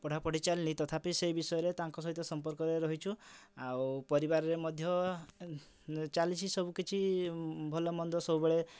ପଢ଼ାପଢ଼ି ଚାଲିନି ତଥାପି ସେ ବିଷୟରେ ତାଙ୍କ ସହିତ ସମ୍ପର୍କରେ ରହିଛୁ ଆଉ ପରିବାରରେ ମଧ୍ୟ ଚାଲିଛି ସବୁକିଛି ଭଲମନ୍ଦ ସବୁବେଳେ